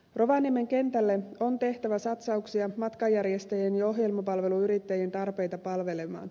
rovaniemen kentälle on tehtävä satsauksia matkanjärjestäjien ja ohjelmapalveluyrittäjien tarpeita palvelemaan